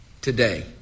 today